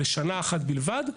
לשנה אחת בלבד,